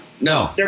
No